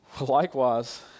Likewise